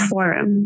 Forum